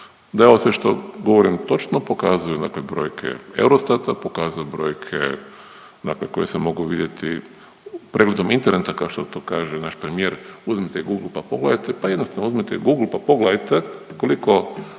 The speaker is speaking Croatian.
ovo sve što govorim točno pokazuju dakle brojke Eurostata, pokazuju brojke dakle koje se mogu vidjeti pregledom Interneta kao što to kaže naš premijer, uzmite Google pa pogledajte, pa jednostavno uzmite Google pa pogledajte koliko